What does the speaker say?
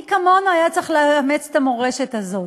מי כמונו היה צריך לאמץ את המורשת הזאת?